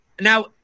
Now